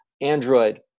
android